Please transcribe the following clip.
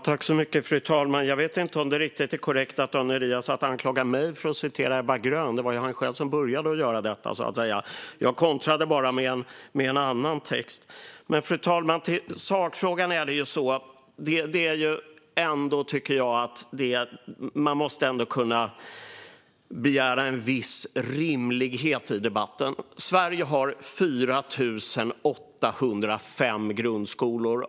Fru talman! Jag vet inte om det är riktigt korrekt av Daniel Riazat att anklaga mig för att citera Ebba Grön. Det var ju han själv som började göra det, och jag kontrade bara med en annan text. Fru talman! I sakfrågan måste man ändå kunna begära en viss rimlighet i debatten. Sverige har 4 805 grundskolor.